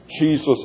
Jesus